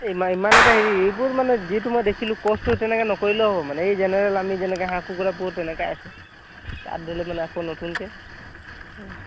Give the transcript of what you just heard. ইমান ইমান এটা হেৰি এইবোৰ মানে যিটো মই দেখিলোঁ কষ্টটো তেনেকে নকৰিলেও হ'ব মানে এই জেনেৰেল আমি যেনেকে হাঁহ কুকুৰা পুহো তেনেকে আছে তাত ধৰিলে মানে আকৌ নতুনকে